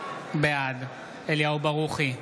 בעד אליהו ברוכי,